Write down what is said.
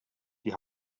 die